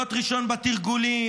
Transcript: להיות ראשון בתרגולים,